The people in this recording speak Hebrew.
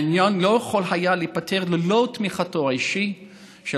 העניין לא יכול היה להיפתר ללא תמיכתו האישית של